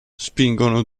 spingono